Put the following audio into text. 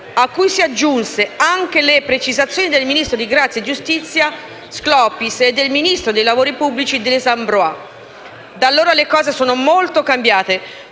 a cui si aggiunsero anche le precisazioni del ministro di grazia e giustizia Sclopis e del ministro dei lavori pubblici Des Ambrois. Da allora le cose sono molto cambiate,